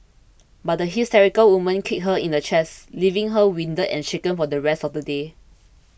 but the hysterical woman kicked her in the chest leaving her winded and shaken for the rest of the day